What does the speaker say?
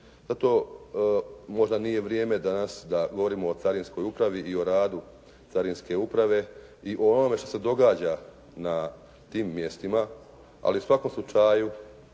Zato možda nije vrijeme danas da govorimo o carinskoj upravi i o radu carinske uprave i o onome što se događa na tim mjestima ali u svakom slučaju